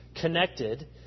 connected